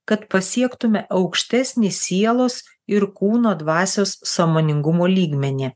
kad pasiektume aukštesnį sielos ir kūno dvasios sąmoningumo lygmenį